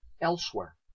elsewhere